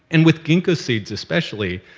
and with ginkgo seeds especially,